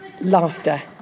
laughter